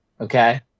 Okay